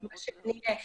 בעייתית.